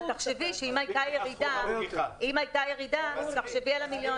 אבל אם הייתה ירידה אז תחשבי על המיליונים.